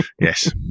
Yes